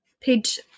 page